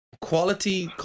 Quality